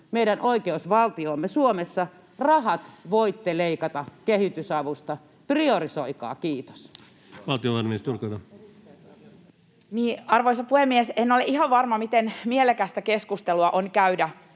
meidän oikeusvaltioomme Suomessa? Rahat voitte leikata kehitysavusta. Priorisoikaa, kiitos. Valtiovarainministeri, olkaa hyvä. Arvoisa puhemies! En ole ihan varma, miten mielekästä on käydä